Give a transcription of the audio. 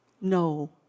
No